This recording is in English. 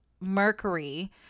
Mercury